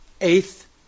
eighth